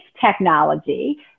technology